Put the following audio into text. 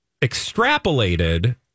extrapolated